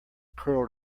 curled